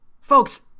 Folks